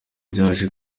byaje